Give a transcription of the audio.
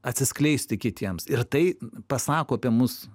atsiskleisti kitiems ir tai pasako apie mus